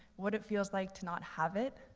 what it feels like to not have it.